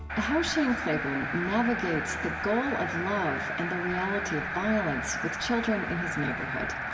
how shane claiborne navigates the goal of love and the reality of violence with children in his neighborhood.